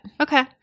Okay